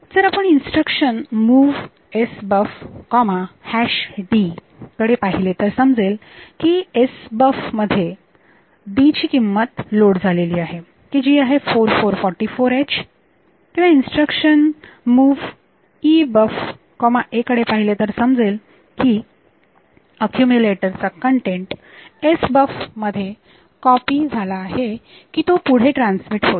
जर आपण instruction MOV SBUF D कडे पाहिले तर समजेल की SBUF मध्ये डी ची किंमत लोड झालेली आहे की जी आहे 44h किंवा इन्स्ट्रक्शन MOV SBUF A कडे पाहिले तर समजेल की अक्यूमुलेटर चा कन्टेन्ट SBUF मध्ये कॉपी झाला आहे की तो पुढे ट्रान्समिट होईल